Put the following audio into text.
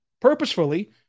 purposefully